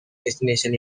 destination